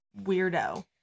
weirdo